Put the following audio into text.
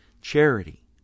Charity